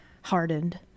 hardened